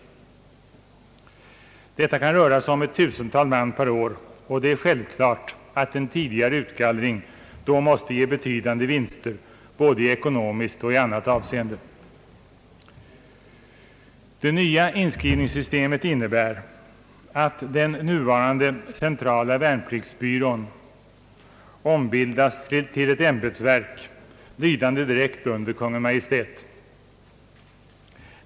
Det kan röra sig om ett tusental man per år, och det är självklart att en tidigare utgallring måste ge betydande vinster både i ekonomiskt och i annat avseende. Det nya inskrivningssystemet innebär att den nuvarande centrala värnpliktsbyrån ombildas till ett ämbetsverk lydande direkt under Kungl. Maj:t.